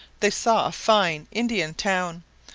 they saw a fine indian town,